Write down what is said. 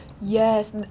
Yes